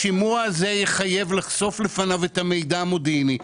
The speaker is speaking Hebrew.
השימוע הזה יחייב לחשוף בפניו את המידע המודיעיני.